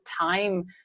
time